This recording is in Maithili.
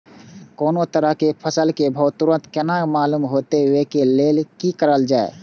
कोनो तरह के फसल के भाव तुरंत केना मालूम होते, वे के लेल की करल जाय?